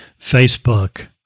Facebook